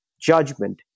judgment